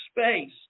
space